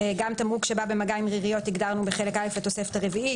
"תמרוק שבא במגע עם ריריות" כהגדרתו בחלק א' לתוספת הרביעית.